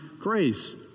grace